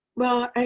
well,